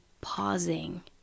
pausing